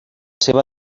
seva